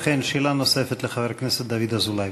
אכן, שאלה נוספת לחבר הכנסת דוד אזולאי.